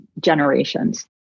generations